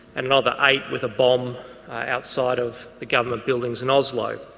and another eight with a bomb outside of government buildings in oslo.